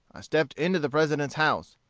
i stepped into the president's house.